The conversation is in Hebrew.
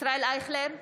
ישראל אייכלר,